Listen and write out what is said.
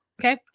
Okay